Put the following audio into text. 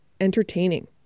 entertaining